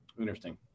Interesting